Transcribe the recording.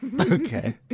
Okay